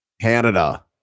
Canada